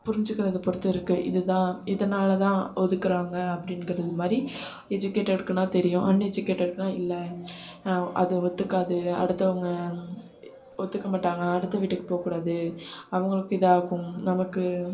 புரிஞ்சிக்கிறத பொறுத்து இருக்குது இதுதான் இதனாலதான் ஒதுக்குகிறாங்க அப்படிங்குறது மாதிரி எஜிக்கேட்டடுக்குனால் தெரியும் அன்எஜிக்கேட்டடுக்குனால் இல்லை அது ஒற்றுக்காது அடுத்தவங்க ஒற்றுக்கமாட்டாங்க அடுத்த வீட்டுக்கு போகக்கூடாது அவங்களுக்கும் இதாகும் நமக்கு